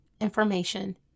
information